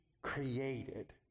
created